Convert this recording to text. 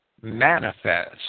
manifest